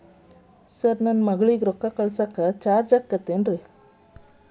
Sir ನನ್ನ ಮಗಳಗಿ ರೊಕ್ಕ ಕಳಿಸಾಕ್ ಚಾರ್ಜ್ ಆಗತೈತೇನ್ರಿ?